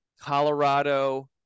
Colorado